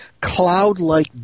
cloud-like